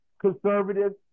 conservatives